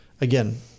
Again